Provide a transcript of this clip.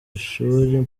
shuri